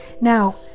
Now